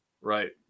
Right